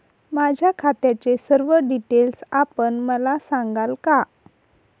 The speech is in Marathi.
माझ्या खात्याचे सर्व डिटेल्स आपण मला सांगाल का?